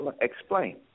explain